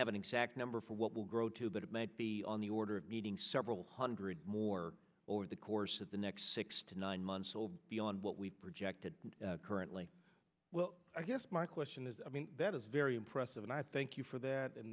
have an exact number for what will grow too but it may be on the order of meeting several hundred more over the course of the next six to nine months old beyond what we projected currently well i guess my question is i mean that is very impressive and i thank you for that and